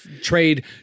trade